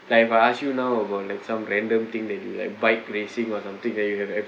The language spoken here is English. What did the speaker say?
like if I ask you now about like some random thing that you like bike racing or something then you have